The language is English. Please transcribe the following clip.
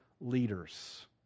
leaders